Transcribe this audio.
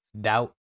doubt